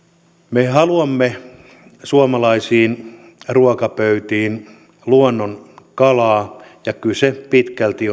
me haluamme suomalaisiin ruokapöytiin luonnonkalaa ja kyse pitkälti